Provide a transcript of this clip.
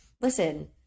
listen